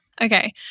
Okay